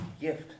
gift